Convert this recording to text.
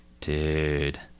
Dude